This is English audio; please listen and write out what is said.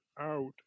out